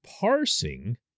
parsing